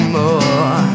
more